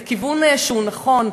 זה כיוון שהוא נכון,